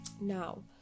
Now